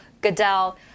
Goodell